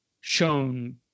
shown